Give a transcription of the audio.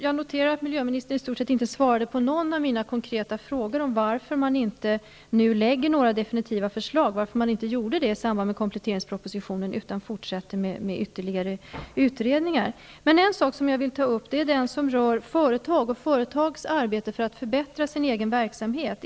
Jag noterade att miljöministern i stort sett inte svarade på någon av mina konkreta frågor om varför inte några definitiva förslag lades fram i samband med kompletteringspropositionen utan att man i stället fortsätter med ytterligare utredningar. En fråga jag vill ta upp rör företagens arbete för att förbättra sin egen verksamhet.